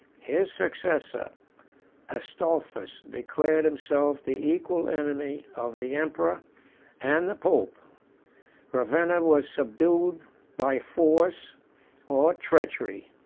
his successor astolphus declared himself the equal enemy of the emperor and the pope ravenna was subdued by force or treachery,